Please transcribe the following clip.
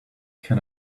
can